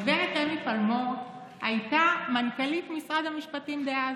הגב' אמי פלמור הייתה מנכ"לית משרד המשפטים דאז.